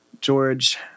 George